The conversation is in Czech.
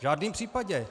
V žádném případě.